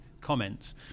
comments